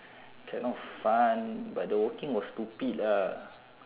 kind of fun but the walking was stupid lah